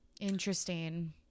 Interesting